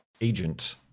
agent